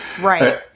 Right